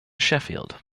sheffield